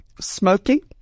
smoking